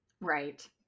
Right